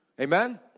Amen